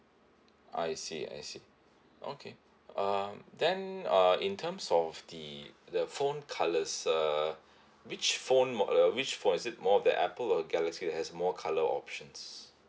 I see I see okay um then uh in terms of the the phone colours uh which phone uh which phone is it more the apple or galaxy has more colour options